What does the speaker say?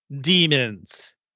demons